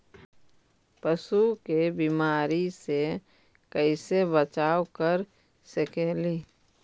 पशु के बीमारी से कैसे बचाब कर सेकेली?